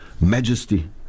majesty